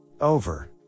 Over